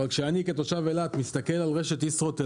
אבל כשאני כתושב אילת מסתכל על רשת ישרוטל